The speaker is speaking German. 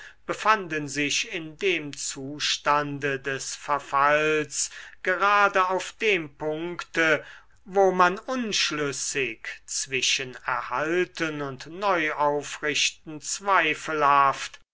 befanden sich in dem zustande des verfalls gerade auf dem punkte wo man unschlüssig zwischen erhalten und neuaufrichten zweifelhaft